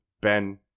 Ben